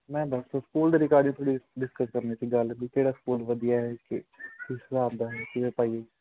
ma'am ਬਸ school ਦੇ regarding ਥੋੜ੍ਹੀ ਡਿਸਕਸ ਕਰਨੀ ਸੀ ਗੱਲ ਵੀ ਕਿਹੜਾ ਸਕੂਲ ਵਧੀਆ ਹੈ ਕਿਸ ਹਿਸਾਬ ਦਾ ਕਿਹੜਾ ਪਾਈਏ